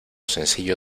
sencillo